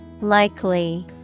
Likely